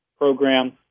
program